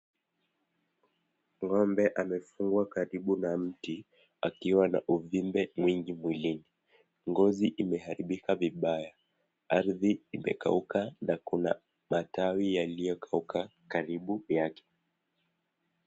Ng'ombe amefungwa karibu na mti akiwa na uvimbe mingi mwilini ngozi imearibika vibaya mwilini ardhi imekauka na kuna matawi yaliyo kauka karibu yake.